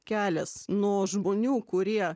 kelias nuo žmonių kurie